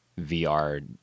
VR